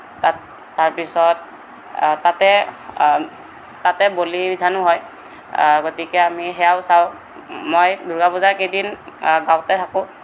তাত তাৰপিছত তাতে তাতে বলি বিধানো হয় গতিকে আমি সেইয়াও চাওঁ মই দুৰ্গা পূজাকেইদিন গাঁৱতে থাকোঁ